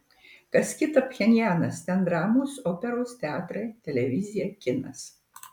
kas kita pchenjanas ten dramos operos teatrai televizija kinas